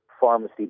pharmacy